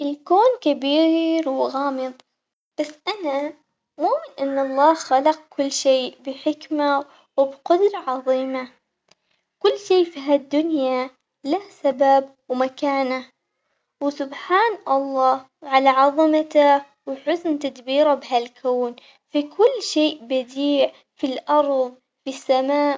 الكون كبير وغامض بس أنا مؤمن إنه الله خلق كل شي بحكمة وبقدرة عظيمة، كل شي في هالدنيا له سبب ومكانة، وسبحان الله على عظمته وحسن تدبيره بهالكون في كل شيء بديع في الأرض بالسماء.